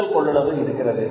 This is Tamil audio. கூடுதல் கொள்ளளவு இருக்கிறது